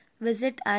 visit